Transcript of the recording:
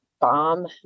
bomb